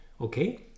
Okay